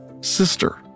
sister